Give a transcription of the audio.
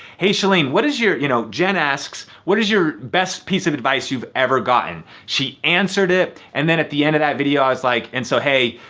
hey chalene, what is your, you know, jen asks what is your best piece of advice you've ever gotten? she answered it and then at the end of that video, i was like, and so hey,